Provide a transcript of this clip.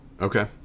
Okay